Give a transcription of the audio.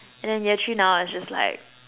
and then year three now is just like